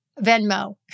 Venmo